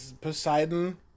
Poseidon